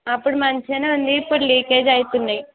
అప్పుడు మంచిగానే ఉంది ఇప్పుడు లీకేజ్ అవుతున్నాయి